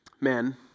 men